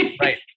Right